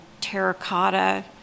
terracotta